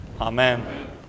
Amen